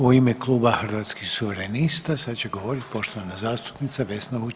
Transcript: U ime Kluba Hrvatskih suverenista sad će govoriti poštovana zastupnica Vesna